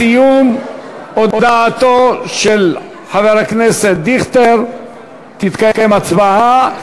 בסיום הודעתו של חבר הכנסת דיכטר תתקיים הצבעה.